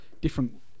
different